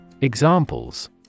Examples